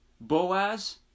Boaz